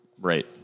right